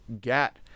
get